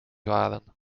waren